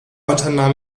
unternahm